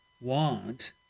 want